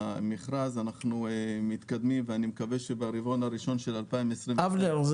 אנחנו מתקדמים ואני מקווה שברבעון הראשון של 2022 --- אבנר,